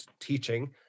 teaching